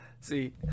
see